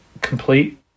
complete